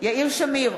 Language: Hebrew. יאיר שמיר,